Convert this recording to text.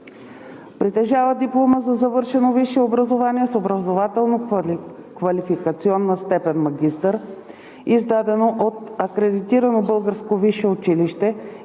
притежава диплома за завършено висше образование с образователно-квалификационна степен „магистър“, издадена от